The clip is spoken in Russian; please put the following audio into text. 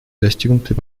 достигнутый